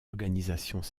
organisations